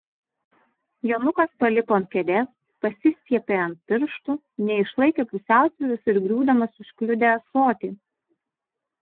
jonukas palipo ant kėdės pasistiepė ant pirštų neišlaikė pusiausvyros ir griūdamas užkliudė ąsotį